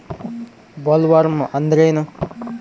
Bollworm ಅಂದ್ರೇನು?